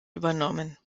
übernommen